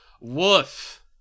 Woof